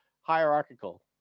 hierarchical